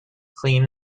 clean